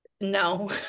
No